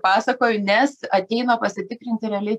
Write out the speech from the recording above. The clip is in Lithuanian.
pasakoju nes ateina pasitikrinti realiai